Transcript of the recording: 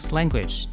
Language